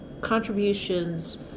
contributions